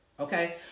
Okay